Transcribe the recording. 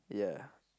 ya